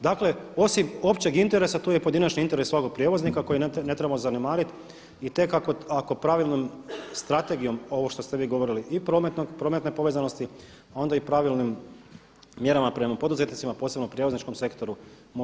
Dakle osim općeg interesa tu je i pojedinačni interes svakog prijevoznika koji ne trebamo zanemariti i tek ako pravilnom strategijom ovo što ste vi govorili i prometne povezanosti onda i pravilnim mjerama prema poduzetnicima posebno prijevozničkom sektoru može ovaj zakon zaživit.